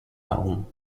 home